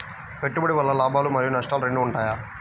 పెట్టుబడి వల్ల లాభాలు మరియు నష్టాలు రెండు ఉంటాయా?